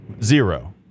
zero